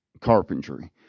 Carpentry